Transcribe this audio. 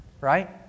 Right